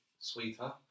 sweeter